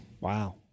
Wow